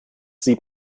sieht